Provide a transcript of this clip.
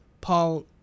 Paul